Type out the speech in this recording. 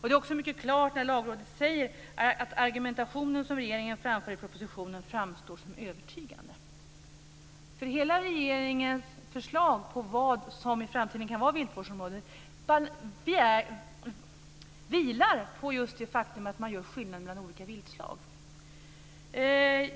Det är också mycket klart när Lagrådet säger att den argumentation som regeringen framför i propositionen framstår som övertygande. Hela regeringens förslag om vad som i framtiden kan vara viltvårdsområde vilar på just det faktum att man gör skillnad mellan olika viltslag.